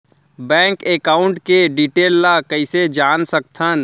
Bank account के detail ल कइसे जान सकथन?